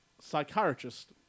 psychiatrist